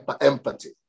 empathy